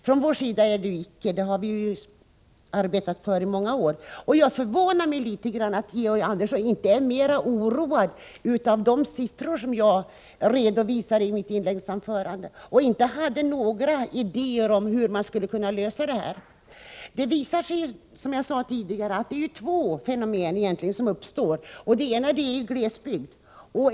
Från vår sida är det icke något nyväckt intresse, utan detta har vi arbetat för i många år. Det förvånar mig litet grand att Georg Andersson inte blev mera oroad av de siffror som jag redovisade i mitt inledningsanförande och inte hade några idéer om hur man skulle kunna lösa det här problemet. Det visar sig, som jag nämnde tidigare, att det uppstår två fenomen i det här sammanhanget. Det ena gäller glesbygden.